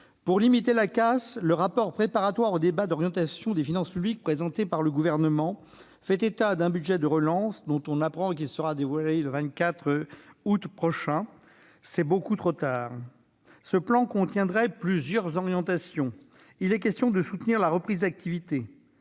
Pour limiter la casse, le rapport préparatoire au débat sur l'orientation des finances publiques présenté par le Gouvernement fait état d'un budget de relance, dont on apprend qu'il sera dévoilé le 24 août prochain. C'est beaucoup trop tard ! Ce plan contiendrait plusieurs orientations. Il est question de soutenir la reprise de l'activité.